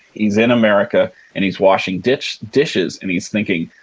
he's in america and he's washing dishes dishes and he's thinking,